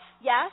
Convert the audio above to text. yes